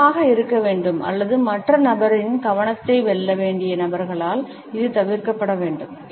இணக்கமாக இருக்க வேண்டும் அல்லது மற்ற நபரின் கவனத்தை வெல்ல வேண்டிய நபர்களால் இது தவிர்க்கப்பட வேண்டும்